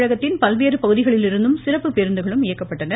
தமிழகத்தின் பல்வேறு பகுதிகளிலிருந்து சிறப்புப் பேருந்துகளும் இயக்கப்பட்டன